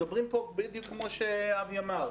מדברים פה בדיוק כמו שאבי אמר.